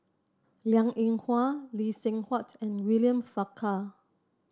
Liang Eng Hwa Lee Seng Huat and William Farquhar